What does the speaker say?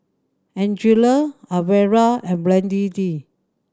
Angela Alvera and Brandee